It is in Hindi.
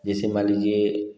जैसे मान लीजिए